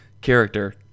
character